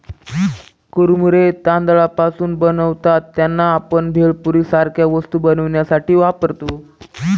कुरमुरे तांदळापासून बनतात त्यांना, आपण भेळपुरी सारख्या वस्तू बनवण्यासाठी वापरतो